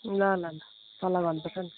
ल ल ल सल्लाह गर्नुपर्छ नि